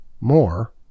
More